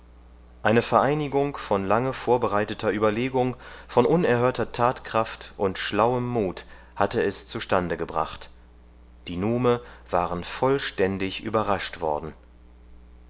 eine vereinigung von lange vorbereiteter überlegung von unerhörter tatkraft und schlauem mut hatte es zustande gebracht die nume waren vollständig überrascht worden